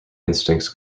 instincts